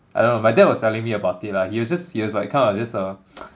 I don't know my dad was telling me about it lah he was just he was like kind of just uh